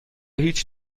هیچ